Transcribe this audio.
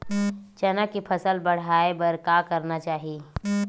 चना के फसल बढ़ाय बर का करना चाही?